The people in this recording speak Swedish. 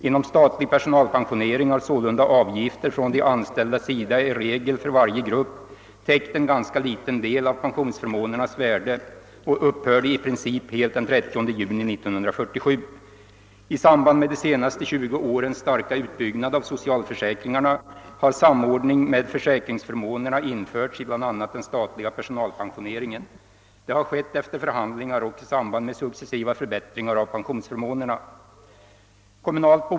Inom statlig personalpensionering har sålunda avgifterna från de anställdas sida i regel för varje grupp täckt en ganska liten del av pensionsförmånernas värde och upphörde i princip helt den 30 juni 1947. I samband med de senaste 20 årens starka utbyggnad av socialförsäkringarna har samordning med försäkringsförmånerna införts i bl.a. den statliga personalpensioneringen. Det har skett efter förhandlingar och i samband med successiva förbättringar av pensionsförmånerna.